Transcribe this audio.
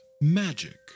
magic